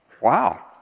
Wow